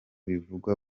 bivugwa